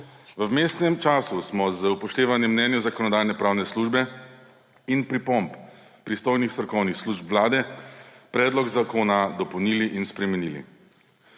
V vmesnem času smo z upoštevanjem mnenja Zakonodajno-pravne službe in pripomb pristojnih strokovnih služb Vlade predlog zakona dopolnili in spremenili.